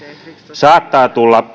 saattaa tulla